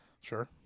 Sure